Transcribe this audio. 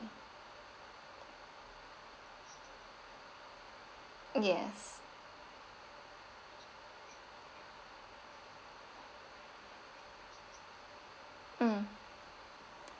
yes mm